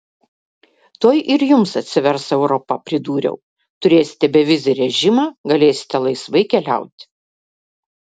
tuoj ir jums atsivers europa pridūriau turėsite bevizį režimą galėsite laisvai keliauti